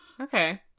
okay